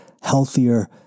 healthier